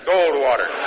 Goldwater